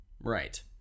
right